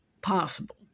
possible